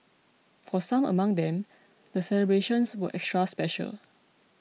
for some among them the celebrations were extra special